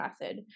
method